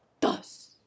thus